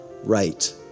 right